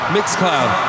MixCloud